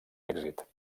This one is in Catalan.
èxit